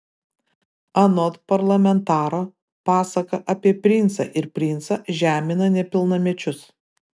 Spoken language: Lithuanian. anot parlamentaro pasaka apie princą ir princą žemina nepilnamečius